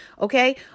Okay